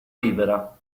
libera